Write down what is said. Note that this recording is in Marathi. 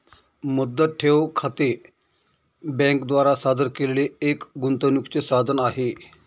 मुदत ठेव खाते बँके द्वारा सादर केलेले एक गुंतवणूकीचे साधन आहे